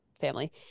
family